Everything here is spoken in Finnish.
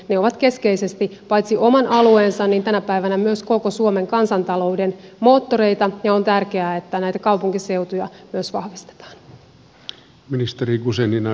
ne ovat keskeisesti paitsi oman alueensa tänä päivänä myös koko suomen kansantalouden moottoreita ja on tärkeää että näitä kaupunkiseutuja myös vahvistetaan